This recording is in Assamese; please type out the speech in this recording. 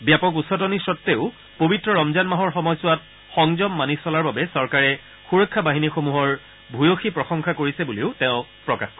ব্যাপক উচটনি স্বতেও পবিত্ৰ ৰমজান মাহৰ সময়ছোৱাত সংযম মানি চলাৰ বাবে চৰকাৰে সুৰক্ষা বাহিনীসমূহৰ ভূয়সী প্ৰসংশা কৰিছে বুলিও তেওঁ প্ৰকাশ কৰে